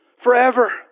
forever